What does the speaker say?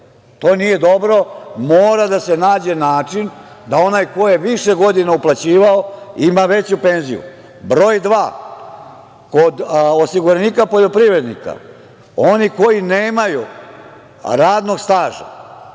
To nije dobro. Mora da se nađe način da onaj ko je više godina uplaćivao ima veću penziju. Broj 2, kod osiguranika poljoprivrednika oni koji nemaju radnog staža,